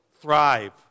thrive